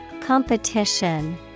Competition